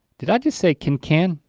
did i just say can can?